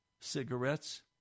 Cigarettes